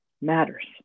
matters